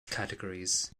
categories